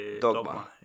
Dogma